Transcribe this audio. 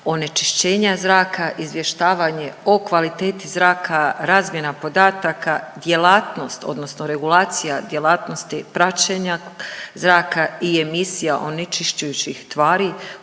onečišćenja zraka, izvještavanje o kvaliteti zraka, razmjena podataka, djelatnost odnosno regulacija djelatnosti praćenja zraka i emisija onečišćujućih tvari